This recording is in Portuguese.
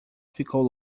ficou